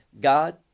God